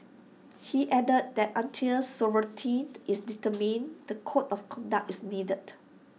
he added that until sovereignty is determined the code of conduct is needed